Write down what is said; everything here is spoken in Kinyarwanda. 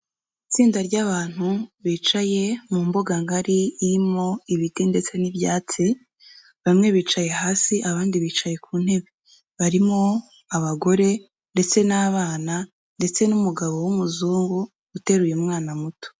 Itsinda ry'abantu, bicaye mu mbuga ngari irimo ibiti ndetse n'ibyatsi, bamwe bicaye hasi abandi bicaye ku ntebe. Barimo abagore ndetse n'abana ndetse n'umugabo w'umuzungu uteruye umwana muto.